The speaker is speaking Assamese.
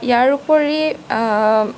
ইয়াৰ উপৰি